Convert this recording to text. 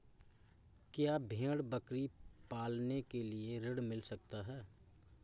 क्या भेड़ बकरी पालने के लिए ऋण मिल सकता है?